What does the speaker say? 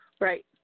Right